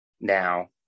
now